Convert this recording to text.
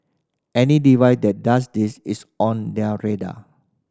any device that does this is on their radar